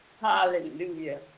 Hallelujah